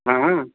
हा